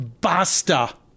Basta